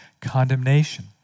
condemnation